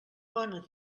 bona